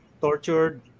tortured